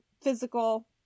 physical